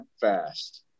fast